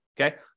Okay